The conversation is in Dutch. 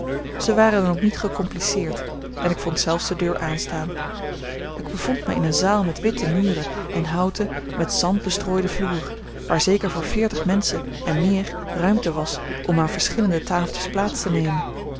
zij waren dan ook niet gecompliceerd en ik vond zelfs de deur aanstaan ik bevond mij in een zaal met witte muren en houten met zand bestrooide vloer waar zeker voor veertig menschen en meer ruimte was om aan verschillende tafeltjes plaats te nemen